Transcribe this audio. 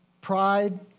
Pride